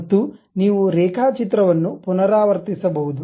ಮತ್ತು ನೀವು ರೇಖಾಚಿತ್ರವನ್ನು ಪುನರಾವರ್ತಿಸಬಹುದು